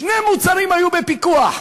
שני מוצרים היו בפיקוח,